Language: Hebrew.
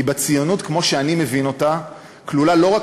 כי בציונות כפי שאני מבין אותה כלולה לא רק